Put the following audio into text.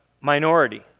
minority